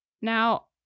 Now